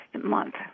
month